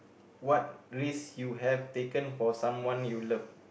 what risk you have taken for someone you love